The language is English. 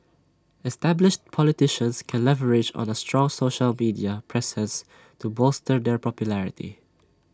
established politicians can leverage on A strong social media presence to bolster their popularity